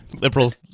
Liberals